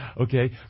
okay